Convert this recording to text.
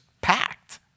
packed